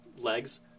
legs